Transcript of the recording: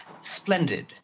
splendid